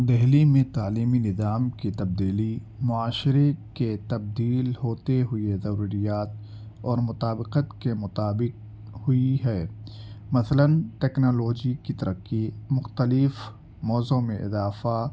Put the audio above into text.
دلی میں تعلیمی نظام کی تبدیلی معاشرے کے تبدیل ہوتے ہوئے ضروریات اور مطابقت کے مطابق ہوئی ہے مثلاً ٹیکنالوجی کی ترقی مختلف موزوں میں اضافہ